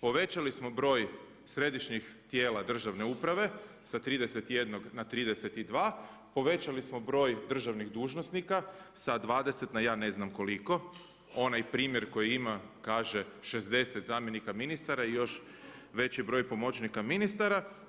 povećali smo broj središnjih tijela državne uprave sa 31 na 31, povećali smo broj državnih dužnosnika sa 20, na ja ne znam koliko onaj primjer koji ima kaže 60 zamjenika ministara i još veći broj pomoćnika ministara.